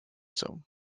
zone